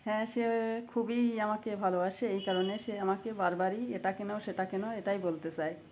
হ্যাঁ সে খুবই আমাকে ভালোবাসে এই কারণে সে আমাকে বারবারই এটা কেন সেটা কেন এটাই বলতে চায়